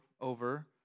over